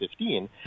2015